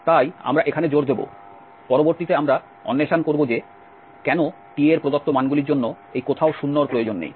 তাই আমরা এখানে জোর দেব পরবর্তীতে আমরা অন্বেষণ করব যে কেন t এর প্রদত্ত মানগুলির জন্য এই কোথাও 0 এর প্রয়োজন নেই